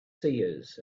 seers